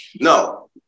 No